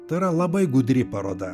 tai yra labai gudri paroda